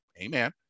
Amen